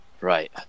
Right